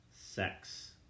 sex